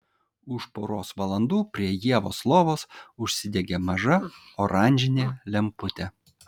už poros valandų prie ievos lovos užsidegė maža oranžinė lemputė